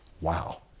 Wow